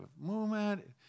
movement